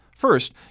First